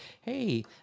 Hey